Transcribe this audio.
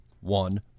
one